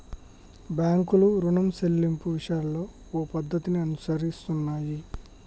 బాంకులు రుణం సెల్లింపు విషయాలలో ఓ పద్ధతిని అనుసరిస్తున్నాయి